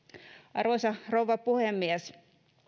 arvoisa rouva puhemies